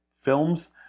films